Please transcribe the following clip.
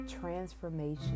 transformation